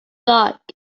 luck